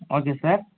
okay sir